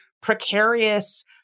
precarious